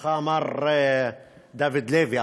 כה אמר דוד לוי,